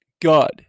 God